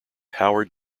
howard